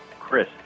Chris